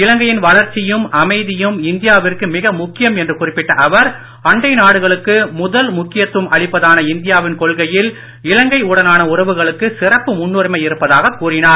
இலங்கையின் வளர்ச்சியும் அமைதியும் இந்தியாவிற்கு மிக முக்கியம் என்று குறிப்பிட்ட அவர் அண்டை நாடுகளுக்கு முதல் முக்கியத்துவம் அளிப்பதான இந்தியாவின் கொள்கையில் இலங்கை உடனான உறவுகளுக்கு சிறப்பு முன்னுரிமை இருப்பதாக கூறினார்